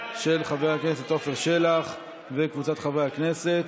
של חבר הכנסת עפר שלח וקבוצת חברי הכנסת.